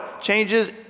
changes